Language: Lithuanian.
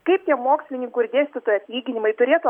kaip tie mokslininkų ir dėstytojų atlyginimai turėtų